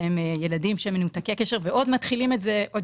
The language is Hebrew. שהם ילדים מנותקי קשר ומתחילים את זה עוד